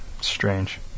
strange